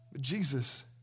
Jesus